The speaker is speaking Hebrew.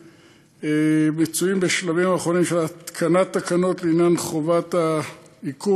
אנחנו נמצאים בשלבים האחרונים של התקנת התקנות לעניין חובת העיקור